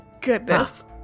goodness